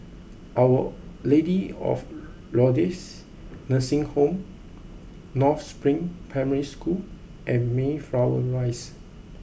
Our Lady of Lourdes Nursing Home North Spring Primary School and Mayflower Rise